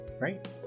right